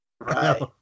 Right